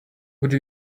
would